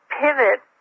pivot